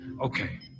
Okay